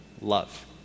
love